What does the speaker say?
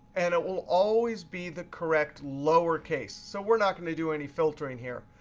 and it will always be the correct lower case. so we're not going to do any filtering here.